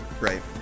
Right